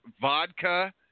vodka